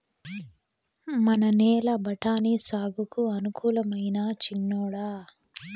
మన నేల బఠాని సాగుకు అనుకూలమైనా చిన్నోడా